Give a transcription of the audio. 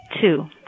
two